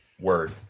Word